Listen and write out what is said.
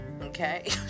okay